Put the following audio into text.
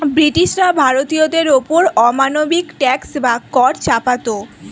ব্রিটিশরা ভারতীয়দের ওপর অমানবিক ট্যাক্স বা কর চাপাতো